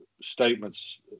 statements